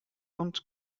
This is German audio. und